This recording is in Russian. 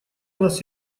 нас